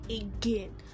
again